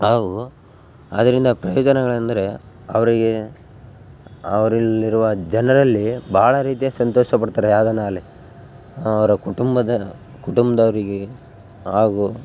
ಹಾಗು ಅದರಿಂದ ಪ್ರಯೋಜನಗಳು ಅಂದರೆ ಅವರಿಗೆ ಅವರಲ್ಲಿರುವ ಜನರಲ್ಲಿ ಭಾಳ ರೀತಿಯ ಸಂತೋಷ ಪಡ್ತಾರೆ ಯಾವುದನ್ನು ಆಗಲಿ ಅವರು ಕುಟುಂಬದ ಕುಟುಂಬದವ್ರಿಗೆ ಹಾಗು